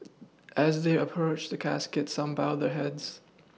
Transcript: as they approached the casket some bowed their heads